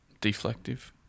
deflective